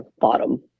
bottom